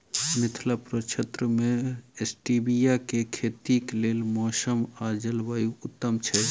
मिथिला प्रक्षेत्र मे स्टीबिया केँ खेतीक लेल मौसम आ जलवायु उत्तम छै?